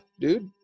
dude